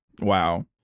Wow